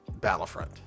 Battlefront